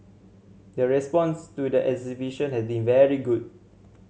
the response to the exhibition has been very good